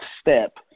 step